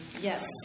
yes